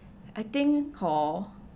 I think hor